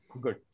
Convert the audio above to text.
Good